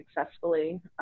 successfully